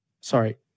sorry